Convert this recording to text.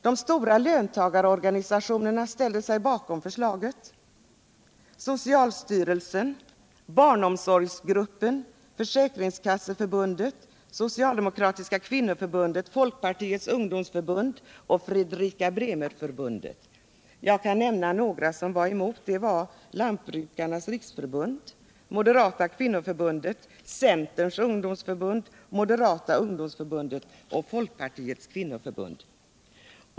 De stora löntagarorganisationerna ställde sig bakom förslaget liksom socialstyrelsen, barnomsorgsgruppen, Försäkringskasseförbundet, Socialdemokratiska kvinnoförbundet, Folkpartiets ungdomsförbund och Fredrika-Bremer-förbundet. Jag kan nämna några som var emot: Lantbrukarnas riksförbund, Moderata kvinnoförbundet, Centerns ungdomsförbund, Moderata ungdomsförbundet och Folkpartiets kvinnoförbund.